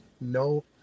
No